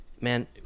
man